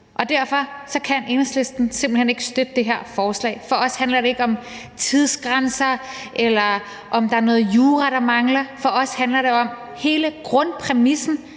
derfor kan Enhedslisten simpelt hen ikke støtte det her forslag. For os handler det ikke om tidsgrænser, eller om der er noget jura, der mangler. For os handler det om hele grundpræmissen